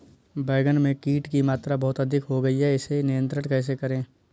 बैगन में कीट की मात्रा बहुत अधिक हो गई है इसे नियंत्रण कैसे करें?